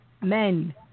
men